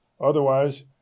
Otherwise